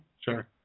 Sure